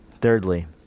Thirdly